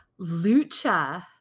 Lucha